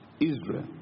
Israel